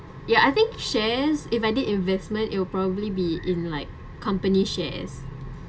ya I think shares if I did investment it'll probably be in like company shares